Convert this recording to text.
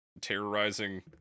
terrorizing